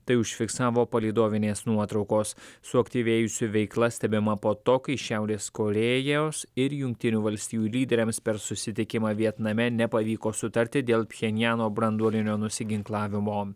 tai užfiksavo palydovinės nuotraukos suaktyvėjusi veikla stebima po to kai šiaurės korėjos ir jungtinių valstijų lyderiams per susitikimą vietname nepavyko sutarti dėl pchenjano branduolinio nusiginklavimo